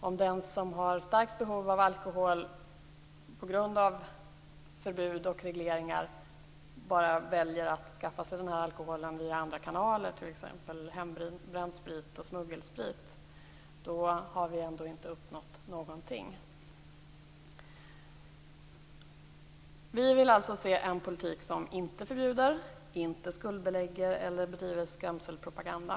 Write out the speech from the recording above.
Om den som har stort behov av alkohol på grund av förbud och regleringar väljer att skaffa sig alkoholen via andra kanaler och dricker t.ex. hembränd sprit eller smuggelsprit har vi ändå inte uppnått någonting. Vi vill alltså se en politik som inte förbjuder, inte skuldbelägger och inte bedriver skrämselpropaganda.